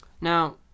Now